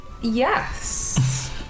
Yes